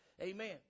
Amen